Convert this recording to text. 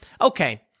Okay